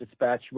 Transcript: dispatchable